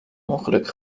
ongeluk